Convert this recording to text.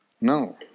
No